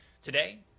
Today